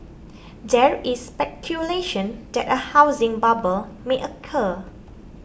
there is speculation that a housing bubble may occur